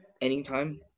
anytime